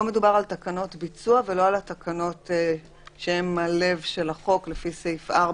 פה מדובר על תקנות ביצוע ולא על התקנות שהן הלב של החוק לפי סעיף 4,